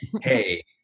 hey